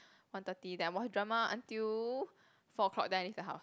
one thirty then I watch drama until four o-clock then I leave the house